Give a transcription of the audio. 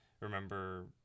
Remember